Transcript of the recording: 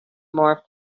more